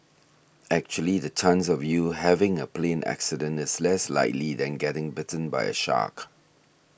actually the chance of you having a plane accident is less likely than getting bitten by a shark